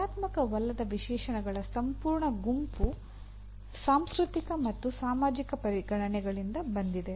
ಕ್ರಿಯಾತ್ಮಕವಲ್ಲದ ವಿಶೇಷಣಗಳ ಸಂಪೂರ್ಣ ಗುಂಪು ಸಾಂಸ್ಕೃತಿಕ ಮತ್ತು ಸಾಮಾಜಿಕ ಪರಿಗಣನೆಗಳಿಂದ ಬಂದಿದೆ